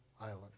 island